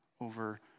over